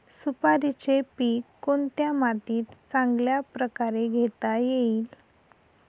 सुपारीचे पीक कोणत्या मातीत चांगल्या प्रकारे घेता येईल?